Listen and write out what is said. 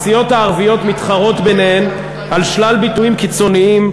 הסיעות הערביות מתחרות ביניהן על שלל ביטויים קיצוניים,